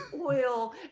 oil